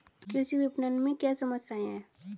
कृषि विपणन में क्या समस्याएँ हैं?